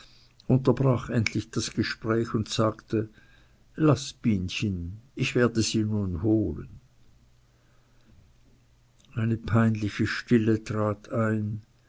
unterbrach endlich das gespräch und sagte laß binchen ich werde sie nun holen eine peinliche stille trat ein